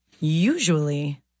usually